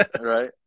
right